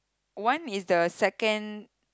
one is the second